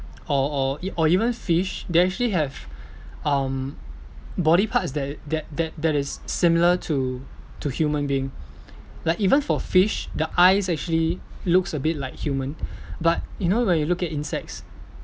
or or e~ or even fish they actually have um body parts that that that that is similar to to human being like even for fish the eyes actually looks a bit like human but you know when you look at insects